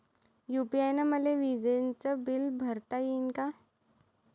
UPI न मले विजेचं बिल भरता यीन का?